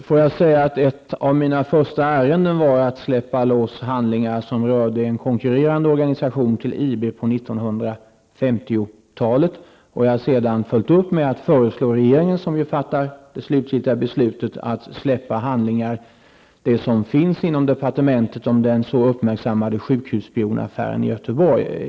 Fru talman! Ett av mina första ärenden var att släppa loss handlingar som rörde en organisation som konkurrerade med IB på 1950-talet. Det har jag sedan följt upp med att föreslå regeringen, som fattar det slutgiltiga beslutet, att släppa de handlingar som finns inom departementet om den så uppmärksammade sjukhusspionaffären i Göteborg.